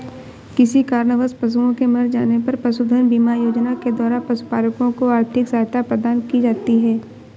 किसी कारणवश पशुओं के मर जाने पर पशुधन बीमा योजना के द्वारा पशुपालकों को आर्थिक सहायता प्रदान की जाती है